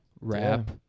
rap